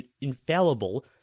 infallible